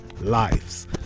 lives